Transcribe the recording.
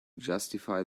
justify